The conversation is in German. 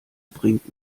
bringt